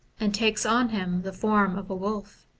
and takes on him the form of a wolf